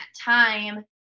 time